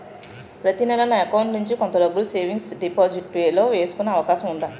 ప్రతి నెల నా అకౌంట్ నుండి కొంత డబ్బులు సేవింగ్స్ డెపోసిట్ లో వేసుకునే అవకాశం ఉందా?